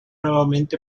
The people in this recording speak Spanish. nuevamente